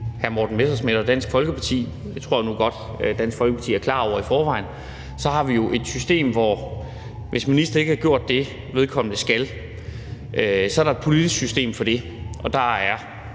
hr. Morten Messerschmidt og Dansk Folkeparti – det tror jeg nu godt at Dansk Folkeparti er klar over i forvejen – at vi har et system til sådan noget. Hvis en minister ikke har gjort det, som vedkommende skal, er der et politisk system for det, og der er